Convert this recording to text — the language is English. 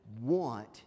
want